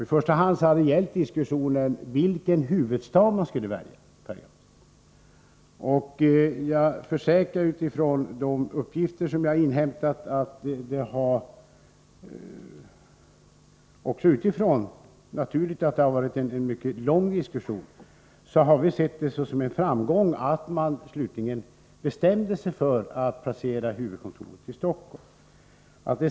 I första hand har frågan gällt vilken huvudstad man skulle välja. Efter denna långa diskussion och utifrån de uppgifter som jag har inhämtat har vi sett det såsom en framgång att man slutligen bestämde sig för att placera huvudkontoret i Stockholm.